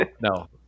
no